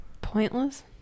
Pointless